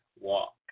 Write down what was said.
walk